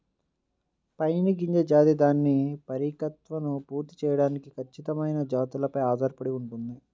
pine గింజ జాతి దాని పరిపక్వతను పూర్తి చేయడానికి ఖచ్చితమైన జాతులపై ఆధారపడి ఉంటుంది